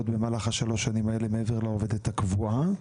במהלך שלוש השנים האלה מעבר לעובדת הקבועה?